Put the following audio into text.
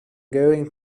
going